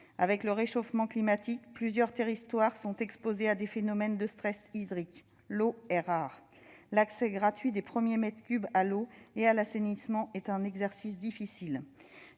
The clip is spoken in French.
Avec le réchauffement climatique, plusieurs territoires sont exposés à des phénomènes de stress hydrique : l'eau est rare. L'accès gratuit aux premiers mètres cubes d'eau et à l'assainissement est un exercice difficile.